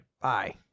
Bye